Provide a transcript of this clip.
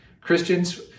Christians